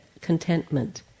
contentment